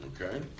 Okay